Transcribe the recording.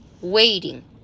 Waiting